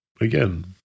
again